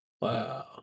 Wow